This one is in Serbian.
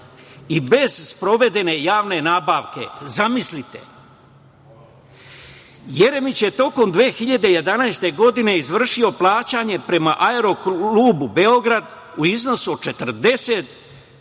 i bez sprovedene javne nabavke. Zamislite. Jeremić je tokom 2011. godine izvršio plaćanje prema „Aeroklubu Beograd“ u iznosu od